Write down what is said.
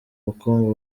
bukungu